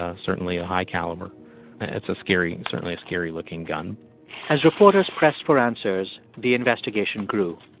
ah certainly a high caliber. and it's a scary certainly a scary looking gun as reporters pressed for answers, the investigation grew.